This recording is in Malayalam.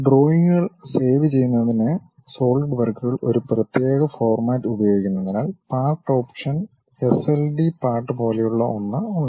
ഡ്രോയിംഗുകൾ സേവ് ചെയ്യുന്നതിന് സോളിഡ് വർക്കുകൾ ഒരു പ്രത്യേക ഫോർമാറ്റ് ഉപയോഗിക്കുന്നതിനാൽ പാർട്ട് ഓപ്ഷൻ sld പാർട്ട് പോലെയുള്ള ഒന്ന് ഉണ്ട്